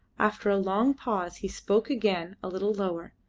after a long pause he spoke again a little lower,